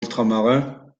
ultramarins